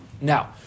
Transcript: Now